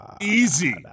easy